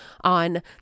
On